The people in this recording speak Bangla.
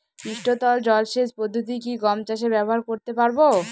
পৃষ্ঠতল জলসেচ পদ্ধতি কি গম চাষে ব্যবহার করতে পারব?